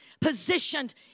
positioned